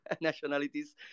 nationalities